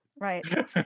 Right